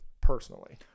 personally